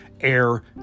air